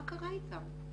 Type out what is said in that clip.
מה קרה איתם?